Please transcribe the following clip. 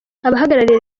abahagarariye